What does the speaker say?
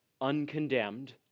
uncondemned